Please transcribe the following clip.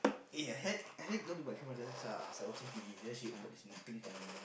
eh I had I had girls who came I was like watching T_V then she approach me ding dong